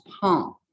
palm